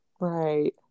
Right